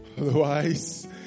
otherwise